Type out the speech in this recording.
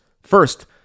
First